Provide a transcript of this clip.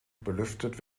belüftet